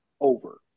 over